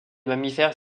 mammifères